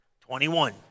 Twenty-one